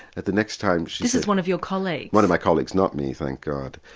and the next time. this is one of your colleagues? one of my colleagues, not me thank god.